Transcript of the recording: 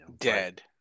dead